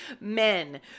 Men